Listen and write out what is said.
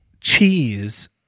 Cheese